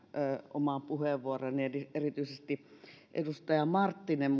omaan puheenvuorooni erityisesti edustaja marttinen